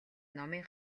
номын